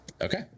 Okay